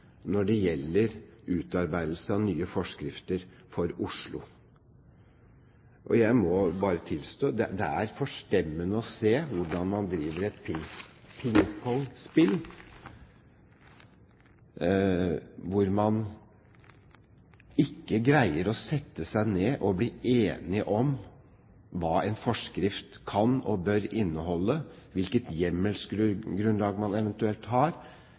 når det gjelder utarbeidelse av nye forskrifter for Oslo. Jeg må bare tilstå at det er forstemmende å se hvordan man driver et pingpongspill hvor man ikke greier å sette seg ned og bli enige om hva en forskrift kan og bør inneholde og hvilket hjemmelsgrunnlag man eventuelt har.